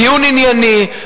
דיון ענייני,